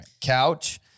Couch